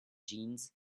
jeans